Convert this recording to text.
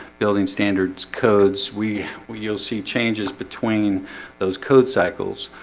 building standards codes, we we you'll see changes between those code cycles